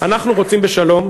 אנחנו רוצים בשלום.